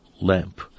lamp